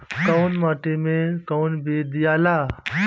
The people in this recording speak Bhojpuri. कौन माटी मे कौन बीज दियाला?